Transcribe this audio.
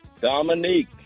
Dominique